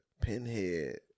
Pinhead